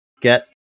get